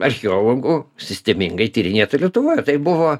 archeologų sistemingai tyrinėtą lietuvoj tai buvo